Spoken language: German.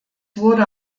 wurde